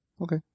Okay